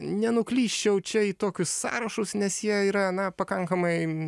nenuklysčiau čia į tokius sąrašus nes jie yra na pakankamai